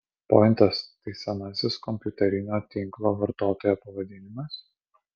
pointas tai senasis kompiuterinio tinklo vartotojo pavadinimas